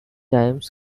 times